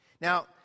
Now